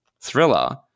Thriller